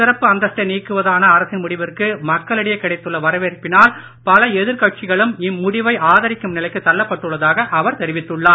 சிறப்பு அந்தஸ்தை நீக்குவதான அரசின் முடிவிற்கு மக்களிடையே கிடைத்துள்ள வரவேற்பினால் பல எதிர்கட்சிகளும் இம்முடிவை ஆதரிக்கும் நிலைக்கு தள்ளப்பட்டுள்ளதாக அவர் தெரிவித்துள்ளார்